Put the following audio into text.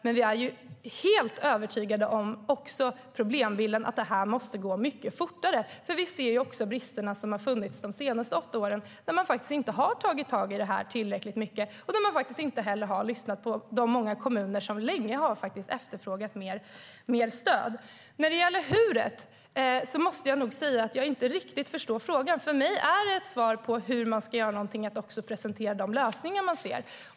Men vi är också helt övertygade om att det här måste gå mycket fortare, för vi ser också bristerna som har funnits de senaste åtta åren, då man inte har tagit tag i det här tillräckligt mycket och inte heller lyssnat på de många kommuner som länge har efterfrågat mer stöd. När det gäller hur:et måste jag nog säga att jag inte riktigt förstår frågan. För mig är ett svar på hur man ska göra någonting att också presentera lösningar.